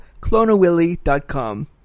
clonawilly.com